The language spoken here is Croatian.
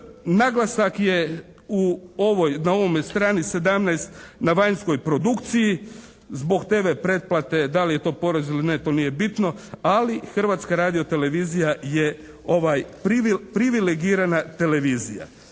Naglasak je u ovom, na ovome strani 17. na vanjskoj produkciji. Zbog TV pretplate, da li je to porez ili ne to nije bitno, ali Hrvatska radiotelevizija je privilegirana televizija.